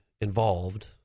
involved